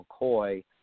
McCoy